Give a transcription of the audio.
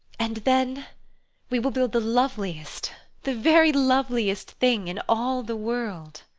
and then we will build the loveliest the very loveliest thing in all the world.